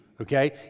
okay